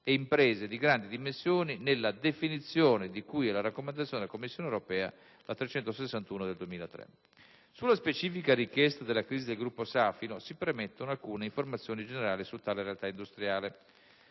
e imprese di grandi dimensioni nella definizione di cui alla raccomandazione della Commissione europea n. 361 del 2003. Sulla specifica richiesta della crisi del gruppo Safilo, si premettono alcune informazioni generali su tale realtà industriale.